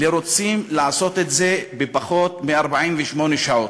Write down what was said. לעשות את זה בפחות מ-48 שעות.